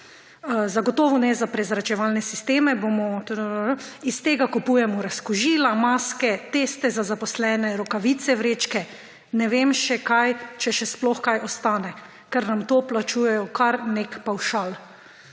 »Zagotovo ne za prezračevalne sisteme. Iz tega kupujemo razkužila, maske, teste za zaposlene, rokavice, vrečke. Ne vem, kaj še, če še sploh kaj, ostane, ker nam to plačujejo kar nek pavšal.«